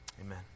Amen